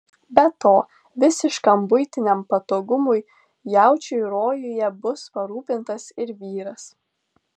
be to visiškam buitiniam patogumui jaučiui rojuje bus parūpintas ir vyras